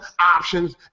options